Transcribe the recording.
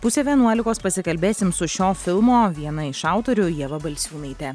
pusę vienuolikos pasikalbėsim su šio filmo viena iš autorių ieva balsiūnaite